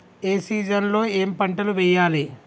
ఏ season లో ఏం పంటలు వెయ్యాలి?